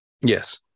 Yes